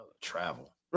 Travel